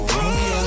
Romeo